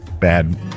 bad